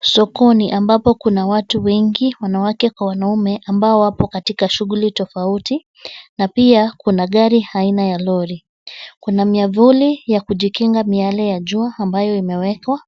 Sokoni ambapo kuna watu wengi wanawake kwa wanaume ambao wapo katika shuguli tofauti na pia kuna gari aina ya lori. Kuna miavuli ya kujikinga miyale ya jua ambayo imewekwa.